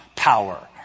power